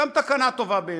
גם תקנה טובה בעיני.